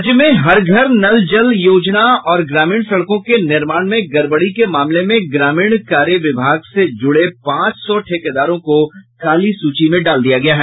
राज्य में हर घर नल योजना और ग्राणीम सड़कों के निर्माण में गड़बड़ी के मामले में ग्रामीण कार्य विभाग से जुड़े पांच सौ ठेकेदारों को काली सूची में डाल दिया गया है